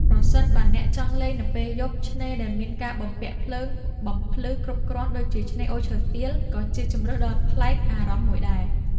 ប្រសិនបើអ្នកចង់លេងនៅពេលយប់ ឆ្នេរដែលមានការបំពាក់ភ្លើងបំភ្លឺគ្រប់គ្រាន់ដូចជាឆ្នេរអូឈើទាល ក៏ជាជម្រើសដ៏ប្លែកអារម្មណ៍មួយដែរ។